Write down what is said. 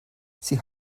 sie